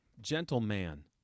Gentleman